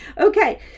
Okay